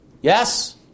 Yes